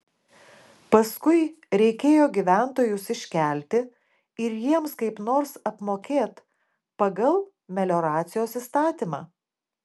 paskui reikėjo gyventojus iškelti ir jiems kaip nors apmokėt pagal melioracijos įstatymą